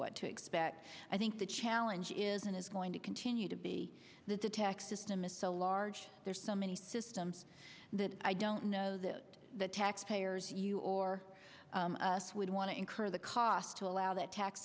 what to expect i think the challenge is and is going to continue to be that the tax system is so large there's so many systems that i don't know that the taxpayers you or us would want to incur the cost to allow that tax